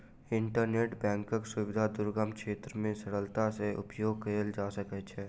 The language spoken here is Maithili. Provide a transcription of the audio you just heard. इंटरनेट बैंकक सुविधा दुर्गम क्षेत्र मे सरलता सॅ उपयोग कयल जा सकै छै